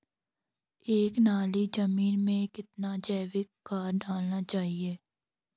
एक नाली जमीन में कितना जैविक खाद डालना चाहिए?